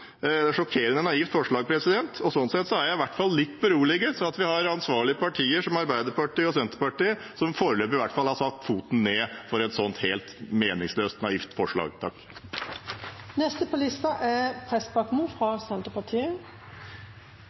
Det er et sjokkerende naivt forslag. Sånn sett er jeg i hvert fall litt beroliget med tanke på at vi har ansvarlige partier som Arbeiderpartiet og Senterpartiet, som i hvert fall foreløpig har satt foten ned for et sånt helt meningsløst naivt forslag.